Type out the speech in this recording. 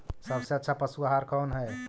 सबसे अच्छा पशु आहार कौन है?